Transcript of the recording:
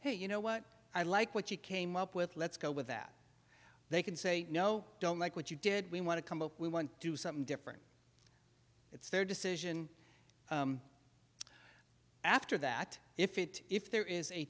hey you know what i like what you came up with let's go with that they can say no don't like what you did we want to come up we want do something different it's their decision after that if it if there is a